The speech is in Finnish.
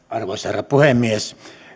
arvoisa herra puhemies